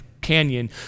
Canyon